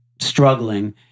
struggling